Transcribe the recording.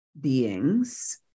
beings